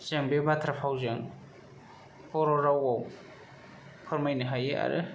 जों बे बाथ्रा फावजों बर' रावआव फोरमायनो हायो आरो